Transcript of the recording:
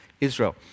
Israel